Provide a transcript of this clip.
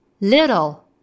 little